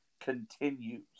continues